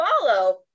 follow